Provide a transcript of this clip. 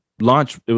launch